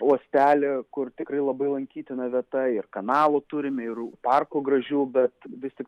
uostelį kur tikrai labai lankytina vieta ir kanalų turime ir parkų gražių bet vis tik